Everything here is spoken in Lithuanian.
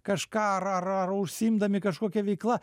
kažką ar ar ar užsiimdami kažkokia veikla